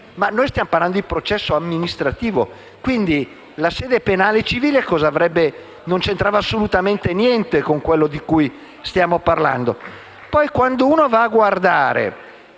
ma noi stiamo parlando di processo amministrativo; quindi, le sedi penale e civile non c'entravano assolutamente niente con quello di cui stiamo parlando.